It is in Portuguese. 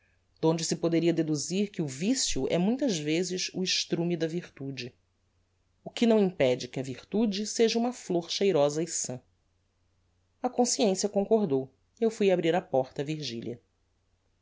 donde se poderia deduzir que o vicio é muitas vezes o estrume da virtude o que não impede que a virtude seja uma flor cheirosa e sã a consciência concordou e eu fui abrir a porta a virgilia